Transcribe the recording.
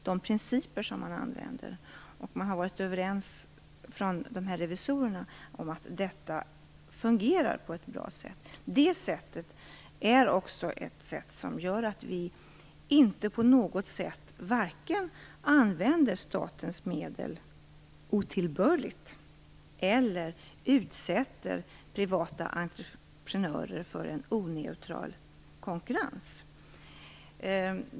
Revisorerna har varit överens om att detta fungerar på ett bra sätt. Det gör att vi inte på något sätt vare sig använder statens medel otillbörligt eller utsätter privata entreprenörer för en oneutral konkurrens.